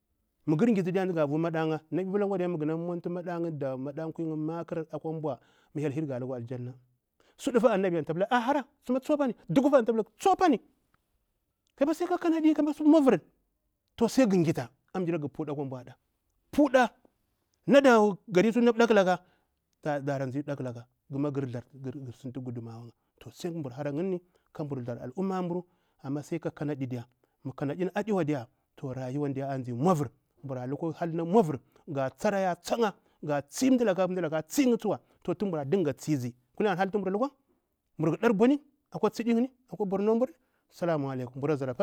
Naɓi pila ghana muntu maɓa 'ya makar akwa bwa ga lukwa aljanna, sudufa annabi antu tsa pila ahara duku fa antu tsapila tsu pani kamdah hara kanadi sai gha ghita ambula kara puɗa akwa ki, puɗa ambula kara nada gari na ɗaku laka ga thara ghama ghar sintu gudumawa na ɓakulaka tumbura hara yinni kabur tsar al'ummar mburu sai ka kanadi wani rayuwani azi mauvir mura lukwa hal na mauvir ga tsara ya tsa'ya ga tsi mdala mdalaka a tsi'ya tsuwa, tun mda dinga tsisi, bur kha dar boni kwa tsidini akwa borno.